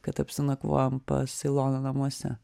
kad apsinakvojom pas iloną namuose